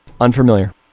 Unfamiliar